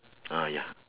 ah ya